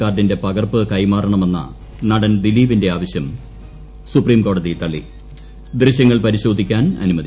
കാർഡിന്റെ പകർപ്പ് കൈമാറണിമെന്ന നടൻ ദിലീപിന്റെ ആവശ്യം സുപ്രീംകോടതി തുള്ളി ദൃശ്യങ്ങൾ പരിശോധിക്കാൻ അനുമതി